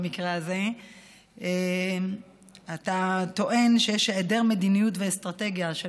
במקרה הזה אתה טוען שיש היעדר מדיניות ואסטרטגיה של